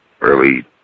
Early